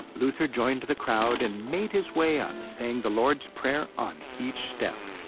luther joined the crowd and made his way up, saying the lord's prayer on each step.